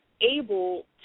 able